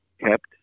kept